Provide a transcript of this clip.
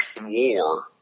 war